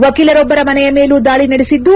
ವಕೀಲರೊಬ್ಲರ ಮನೆಯ ಮೇಲೂ ದಾಳಿ ನಡೆಸಿದ್ದು